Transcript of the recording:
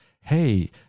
Hey